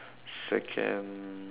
second